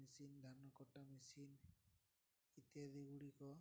machine ଧାନ କଟା machine ଇତ୍ୟାଦି ଗୁଡ଼ିକ